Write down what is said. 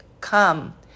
come